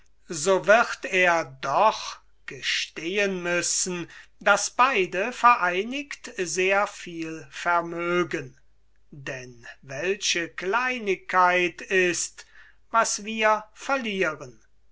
so wird er doch gestehen müssen daß beide vereinigt sehr viel vermögen denn welche kleinigkeit ist was wir verlieren